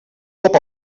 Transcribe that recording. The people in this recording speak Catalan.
cop